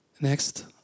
Next